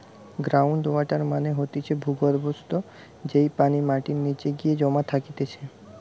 ground water মানে হতিছে ভূর্গভস্ত, যেই পানি মাটির নিচে গিয়ে জমা থাকতিছে